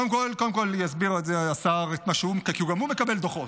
קודם כול, יסביר את זה השר, כי גם הוא מקבל דוחות.